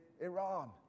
Iran